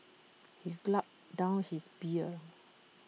he gulped down his beer